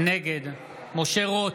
נגד משה רוט,